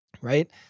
right